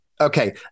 Okay